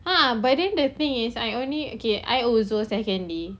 ah but then the thing is I only okay I also second day